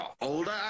older